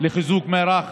לחיזוק מערך